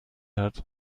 hat